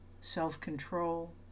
self-control